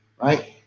right